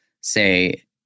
say